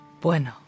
Bueno